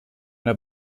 der